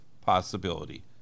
possibility